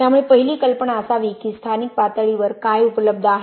त्यामुळे पहिली कल्पना असावी की स्थानिक पातळीवर काय उपलब्ध आहे